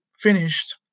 finished